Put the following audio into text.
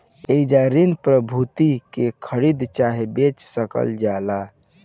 एइजा ऋण प्रतिभूति के खरीद चाहे बेच सकल जाला